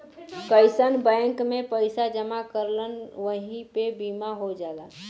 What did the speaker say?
किसानन बैंक में पइसा जमा करलन वही पे बीमा हो जाला